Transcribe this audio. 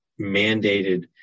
mandated